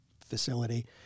facility